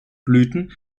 blüten